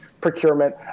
procurement